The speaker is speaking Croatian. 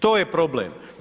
To je problem.